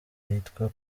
yitwa